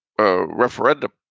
referendum